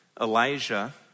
Elijah